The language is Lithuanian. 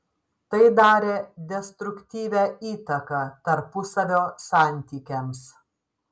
tai darė destruktyvią įtaką tarpusavio santykiams